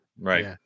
right